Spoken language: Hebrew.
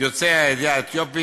יוצאי העדה האתיופית.